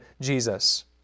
Jesus